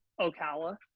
Ocala